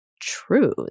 true